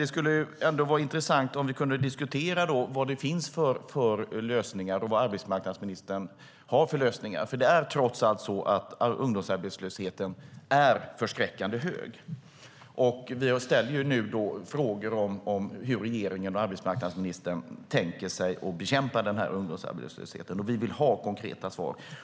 Det skulle ändå vara intressant om vi kunde diskutera vad det finns för lösningar och vad arbetsmarknadsministern har för lösningar. Ungdomsarbetslösheten är trots allt förskräckande hög. Vi ställer nu frågor om hur regeringen och arbetsmarknadsministern tänker bekämpa ungdomsarbetslösheten, och vi vill ha konkreta svar.